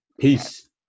Peace